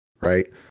right